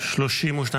לחלופין לא נתקבלה.